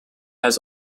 has